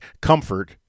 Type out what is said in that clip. comfort